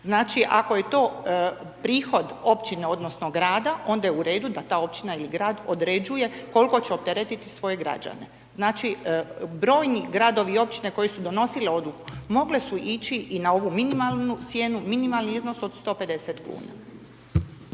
Znači ako je to prihod općine odnosno grada onda je u redu da ta općina ili grad određuje koliko će opteretiti svoje građane. Znači brojni gradovi i općine koje su donosile odluku mogle su ići i na ovu minimalnu cijenu, minimalni iznos od 150 kuna.